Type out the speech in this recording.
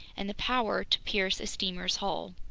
and the power to pierce a steamer's hull.